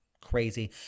crazy